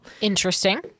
Interesting